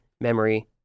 memory